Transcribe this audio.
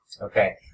Okay